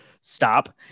stop